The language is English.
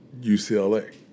UCLA